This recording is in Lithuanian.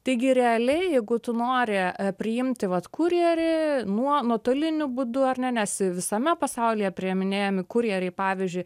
taigi realiai jeigu tu nori priimti vat kurjerį nuotoliniu būdu ar ne nes visame pasaulyje priiminėjami kurjeriai pavyzdžiui